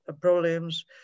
problems